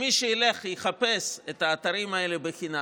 מי שילך ויחפש את האתרים האלה חינם,